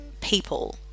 people